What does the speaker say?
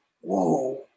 whoa